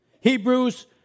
Hebrews